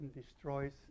destroys